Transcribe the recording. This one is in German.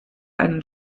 einen